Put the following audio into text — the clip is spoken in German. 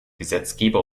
gesetzgeber